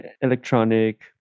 electronic